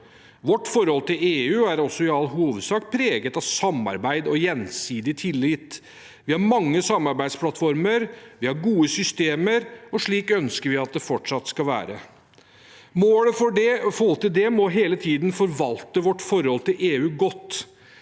Vårt forhold til EU er også i all hovedsak preget av samarbeid og gjensidig tillit. Vi har mange samarbeidsplattformer, vi har gode systemer, og slik ønsker vi at det fortsatt skal være. Målet for å få til det må hele tiden være å forvalte vårt forhold til EU godt.